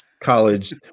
college